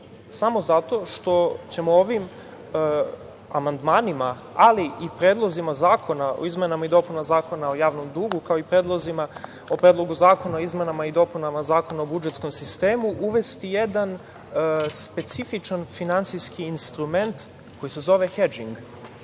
samo zato što ćemo ovim amandmanima, ali i Predlogu zakona o izmenama i dopunama Zakona o javnom dugu, kao i Predlogu zakona o izmenama i dopunama Zakona o budžetskom sistemu uvesti jedan specifičan finansijski instrument koji se zove hedžing. Hedžing